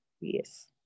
Yes